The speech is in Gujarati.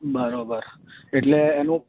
બરાબર એટલે એનું